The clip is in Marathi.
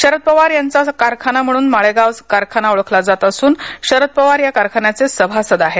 शरद पवार यांचा कारखाना म्हणून माळेगाव कारखाना ओळखला जात असून शरद पवार या कारखान्याचे सभासद आहेत